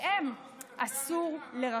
עליהם אסור לרחם.